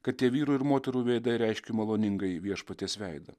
kad tie vyrų ir moterų veidai reiškia maloningai viešpaties veidą